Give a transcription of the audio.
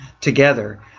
together